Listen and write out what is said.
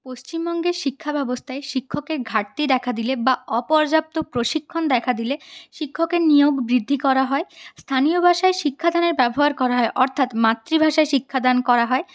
পশ্চিমবঙ্গের শিক্ষা ব্যবস্থায় শিক্ষকের ঘাটতি দেখা দিলে বা অপর্যাপ্ত প্রশিক্ষণ দেখা দিলে শিক্ষকের নিয়োগ বৃদ্ধি করা হয় স্থানীয় ভাষায় শিক্ষাদানের ব্যবহার করা হয় অর্থাৎ মাতৃভাষায় শিক্ষাদান করা হয়